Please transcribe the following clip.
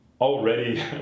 already